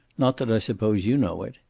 not that i suppose you know it.